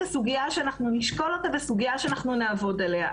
זו סוגיה שאנחנו נשקול אותה ונעבוד עליה.